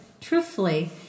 Truthfully